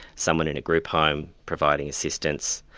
someone in a group home providing assistance,